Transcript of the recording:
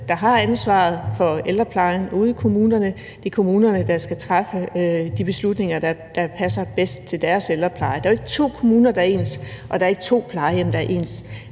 der har ansvaret for ældreplejen ude i kommunerne; det er kommunerne, der skal træffe de beslutninger, der passer bedst til deres ældrepleje. Der er jo ikke to kommuner, der er ens, og der er ikke to plejehjem, der er ens.